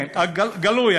כן, גלוי.